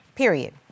Period